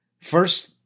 First